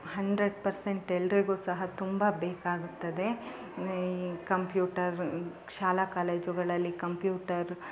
hundred percent ಎಲ್ರಿಗು ಸಹ ತುಂಬ ಬೇಕಾಗುತ್ತದೆ ಕಂಪ್ಯೂಟರ್ ಶಾಲಾ ಕಾಲೇಜುಗಳಲ್ಲಿ ಕಂಪ್ಯೂಟರ್